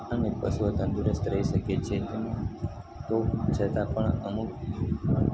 અને પશુઓ તંદુરસ્ત રહી શકે છે તેનું તો છતાં પણ અમુક